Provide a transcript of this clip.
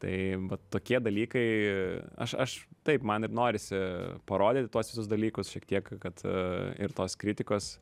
tai vat tokie dalykai aš aš taip man ir norisi parodyti tuos visus dalykus šiek tiek kad ir tos kritikos